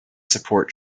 support